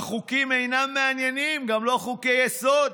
החוקים אינם מעניינים, גם לא חוקי-יסוד,